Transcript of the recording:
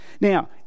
Now